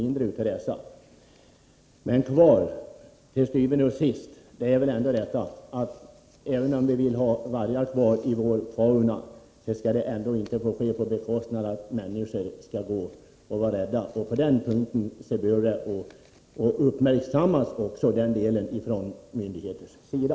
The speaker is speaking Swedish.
Kvar står til syvende og sidst att även om vi vill ha vargar kvar i vår fauna, skall det inte få ske till priset av av att människor måste gå och vara rädda. Den sidan av saken behöver uppmärksammas från myndigheternas sida.